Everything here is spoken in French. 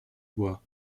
bois